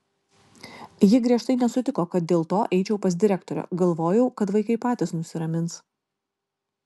ji griežtai nesutiko kad dėl to eičiau pas direktorę galvojau kad vaikai patys nusiramins